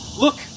Look